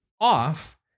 off